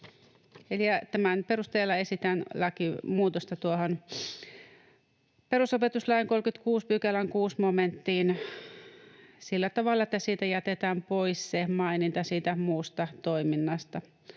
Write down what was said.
perusteella esitän lakimuutosta tuohon perusopetuslain 36 §:n 6 momenttiin sillä tavalla, että siitä jätetään pois maininta siitä muusta toiminnasta.